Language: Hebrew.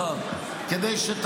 שצמרת